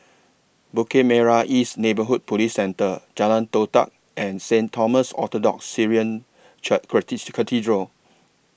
Bukit Merah East Neighbourhood Police Centre Jalan Todak and Saint Thomas Orthodox Syrian Cathedral